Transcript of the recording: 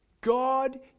God